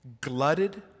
Glutted